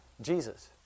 jesus